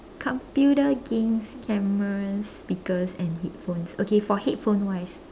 computer games cameras speakers and headphones okay for headphone wise